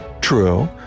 True